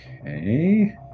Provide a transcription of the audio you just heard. Okay